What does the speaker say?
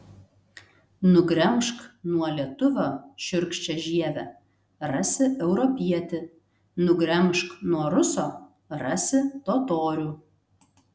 nugremžk nuo lietuvio šiurkščią žievę rasi europietį nugremžk nuo ruso rasi totorių